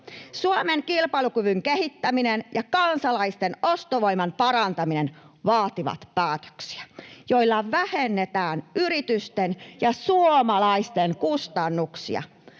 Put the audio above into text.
Suomen kilpailukyvyn kehittäminen ja kansalaisten ostovoiman parantaminen vaativat päätöksiä, joilla vähennetään yritysten ja suomalaisten kustannuksia,